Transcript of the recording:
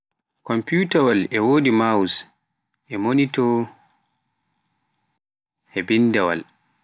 komfiyuwataal e wodi maus, e monito e binndawaal.